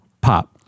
pop